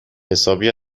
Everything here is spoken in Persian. حسابی